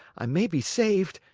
i may be saved,